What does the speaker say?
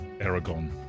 Aragon